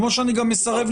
כמו שאני גם מסרב,